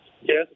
Yes